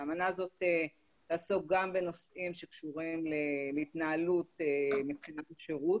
האמנה הזאת תעסוק גם בנושאים שקשורים להתנהלות מבחינת השירות